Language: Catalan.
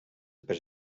pes